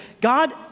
God